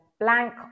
blank